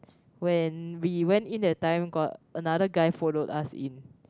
when we went in that time got another guy followed us in